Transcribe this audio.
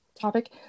topic